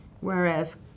Whereas